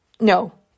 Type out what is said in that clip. no